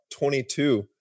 22